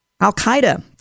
Al-Qaeda